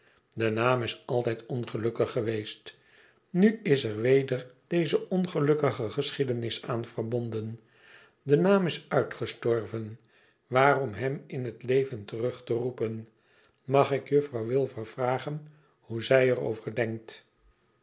de naam is altijd ongelukkig geweest nu is er weder deze ongelukkige geschiedenis aan verbonden de naam is uitgestorven waarom hem in het leven terug te roepen mag ik juffrouw wilfer vragen hoe zij er over denkt